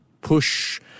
push